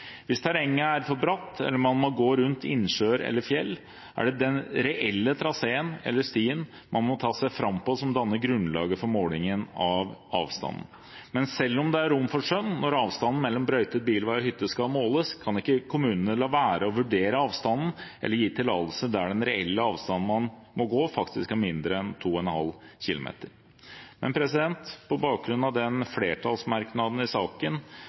Hvis terrenget er for bratt, eller man må gå rundt innsjøer eller fjell, er det den reelle traseen eller stien man må ta seg fram på, som danner grunnlaget for målingen av avstanden. Men selv om det er rom for skjønn når avstanden mellom brøytet bilvei og hytte skal måles, kan ikke kommunene gi tillatelse eller la være å vurdere avstanden der den reelle avstanden man må gå, faktisk er mindre enn 2,5 km. På bakgrunn av flertallsmerknaden i saken